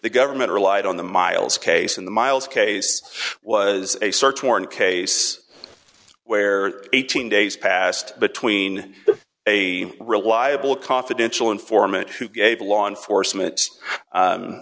the government relied on the miles case in the miles case was a search warrant case where eighteen days passed between a reliable confidential informant who gave law enforcement